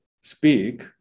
speak